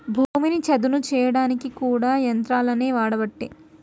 భూమిని చదును చేయడానికి కూడా యంత్రాలనే వాడబట్టే